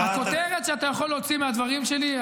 הכותרת שאתה יכול להוציא מהדברים שלי,